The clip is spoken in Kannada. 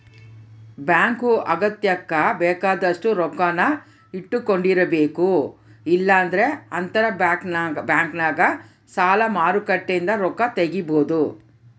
ಬ್ಯಾಂಕು ಅಗತ್ಯಕ್ಕ ಬೇಕಾದಷ್ಟು ರೊಕ್ಕನ್ನ ಇಟ್ಟಕೊಂಡಿರಬೇಕು, ಇಲ್ಲಂದ್ರ ಅಂತರಬ್ಯಾಂಕ್ನಗ ಸಾಲ ಮಾರುಕಟ್ಟೆಲಿಂದ ರೊಕ್ಕ ತಗಬೊದು